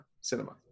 Cinema